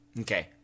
Okay